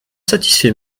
satisfait